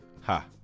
Ha